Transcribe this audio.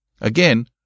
again